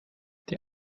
die